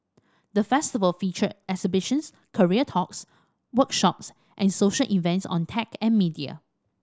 the Festival featured exhibitions career talks workshops and social events on tech and media